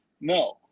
No